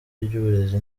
ry’uburezi